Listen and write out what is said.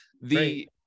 the-